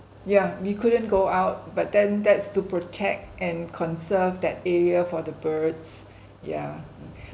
yeah we couldn't go out but then that's to protect and conserve that area for the birds yeah